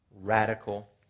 radical